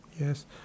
Yes